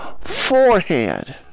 forehead